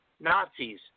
Nazis